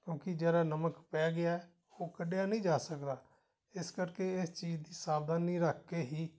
ਕਿਉਂਕਿ ਜਿਹੜਾ ਨਮਕ ਪੈ ਗਿਆ ਉਹ ਕੱਢਿਆ ਨਹੀਂ ਜਾ ਸਕਦਾ ਇਸ ਕਰਕੇ ਇਸ ਚੀਜ਼ ਦੀ ਸਾਵਧਾਨੀ ਰੱਖ ਕੇ ਹੀ